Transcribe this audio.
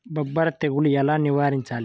బొబ్బర తెగులు ఎలా నివారించాలి?